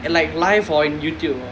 and like live on YouTube ah